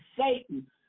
Satan